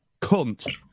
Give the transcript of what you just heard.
cunt